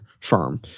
firm